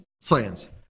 science